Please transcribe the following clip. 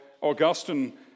Augustine